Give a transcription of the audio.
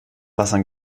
wassern